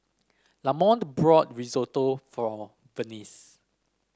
Lamonte bought Risotto for Vince